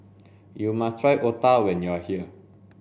you must try Otah when you are here